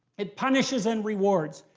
it punishes and rewards.